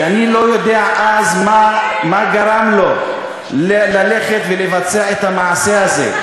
שאני לא יודע מה גרם לו ללכת ולבצע את המעשה הזה,